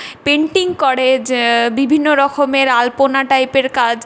painting করে যা বিভিন্ন রকমের আলপনা টাইপের কাজ